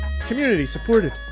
community-supported